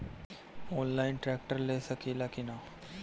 Online tractor ले सकीला कि न?